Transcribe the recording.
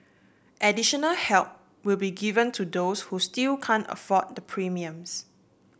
additional help will be given to those who still can't afford the premiums